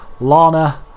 Lana